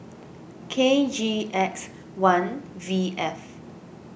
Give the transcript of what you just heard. K G X one V F